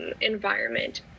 environment